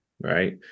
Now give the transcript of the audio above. Right